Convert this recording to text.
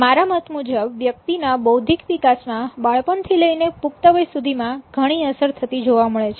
મારા મત મુજબ વ્યક્તિ ના બૌદ્ધિક વિકાસ માં બાળપણથી લઈને પુખ્તવય સુધીમાં ઘણી અસર થતી જોવા મળે છે